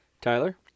Tyler